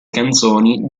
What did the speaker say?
canzoni